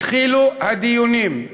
התחילו הדיונים.